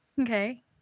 Okay